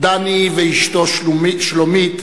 דני ואשתו שלומית,